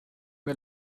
mir